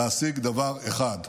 להשיג דבר אחד: